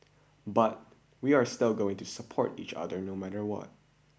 but we are still going to support each other no matter what